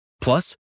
Plus